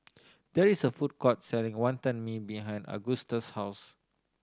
there is a food court selling Wantan Mee behind Agusta's house